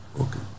Okay